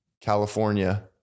california